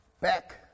back